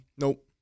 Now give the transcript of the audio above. Nope